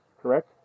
correct